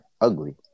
ugly